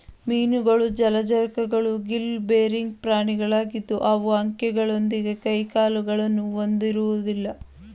ಮೀನುಗಳು ಜಲಚರಗಳು gill bearing ಪ್ರಾಣಿಗಳಾಗಿದ್ದು ಅವು ಅಂಕೆಗಳೊಂದಿಗೆ ಕೈಕಾಲುಗಳನ್ನು ಹೊಂದಿರೋದಿಲ್ಲ